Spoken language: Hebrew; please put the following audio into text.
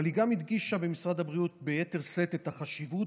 אבל היא גם הדגישה במשרד הבריאות ביתר שאת את החשיבות